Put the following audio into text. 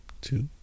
two